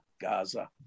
Gaza